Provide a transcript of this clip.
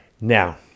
Now